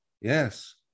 yes